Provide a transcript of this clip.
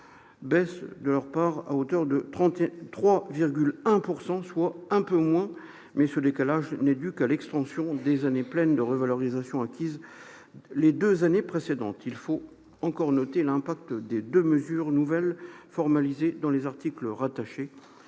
crédits de transferts baissent de 3,1 %, soit un peu moins, mais ce décalage n'est dû qu'à l'extension en année pleine de revalorisations acquises les deux années précédentes. Il faut encore noter l'impact des deux mesures nouvelles formalisées dans les articles rattachés.